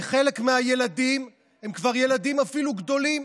וחלק מהילדים הם כבר ילדים אפילו גדולים,